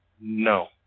No